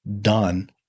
done